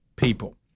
people